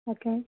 okay